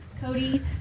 Cody